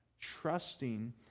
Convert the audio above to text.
trusting